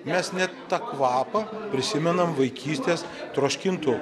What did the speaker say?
mes net tą kvapą prisimenam vaikystės troškintų